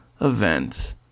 event